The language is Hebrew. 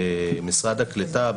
במשרד הקליטה,